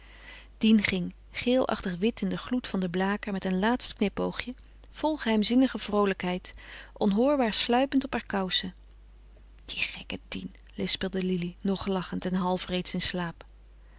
dien ging geelachtig wit in den gloed van den blaker met een laatst knipoogje vol geheimzinnige vroolijkheid onhoorbaar sluipend op haar kousen die gekke dien lispelde lili nog lachend en half reeds in slaap